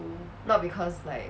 oh